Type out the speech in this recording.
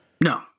No